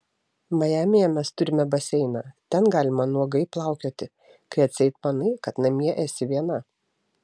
majamyje mes turime baseiną ten galima nuogai plaukioti kai atseit manai kad namie esi viena